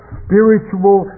spiritual